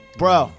bro